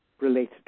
related